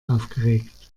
aufgeregt